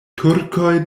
turkoj